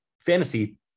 fantasy